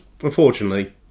unfortunately